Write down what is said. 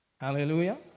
Hallelujah